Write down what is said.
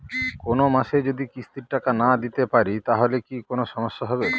কোনমাসে যদি কিস্তির টাকা না দিতে পারি তাহলে কি কোন সমস্যা হবে?